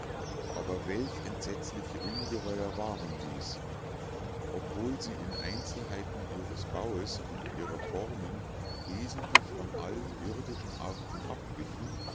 aber welch entsetzliche ungeheuer waren dies obwohl sie in einzelheiten ihres baues und ihrer formen wesentlich von allen irdischen arten abwichen